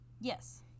yes